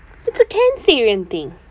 it's a cacerian thing